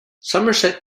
somerset